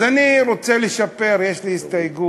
אז אני רוצה לשפר, יש לי הסתייגות.